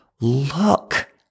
look